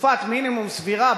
בתקופת מינימום סבירה,